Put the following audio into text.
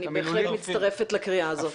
אני בהחלט מצטרפת לקריאה זאת.